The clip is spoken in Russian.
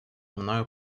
мною